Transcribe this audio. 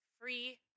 free